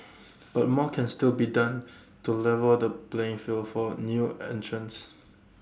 but more can still be done to level the playing field for new entrants